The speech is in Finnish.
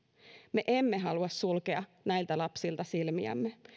me emme halua sulkea näiltä lapsilta silmiämme